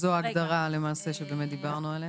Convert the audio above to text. שזו למעשה ההגדרה שבאמת דיברנו עליה.